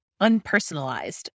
unpersonalized